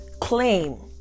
claim